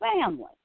family